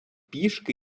пішки